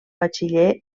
batxiller